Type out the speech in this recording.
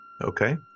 Okay